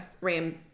Ram